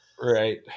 right